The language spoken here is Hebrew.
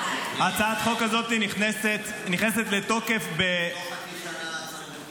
------ הצעת החוק הזאת נכנסת לתוקף --- תוך חצי שנה עד שנביא